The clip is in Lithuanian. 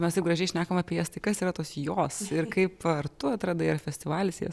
mes taip gražiai šnekam apie jas tai kas yra tos jos ir kaip ar tu atradai ar festivalis jas